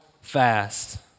fast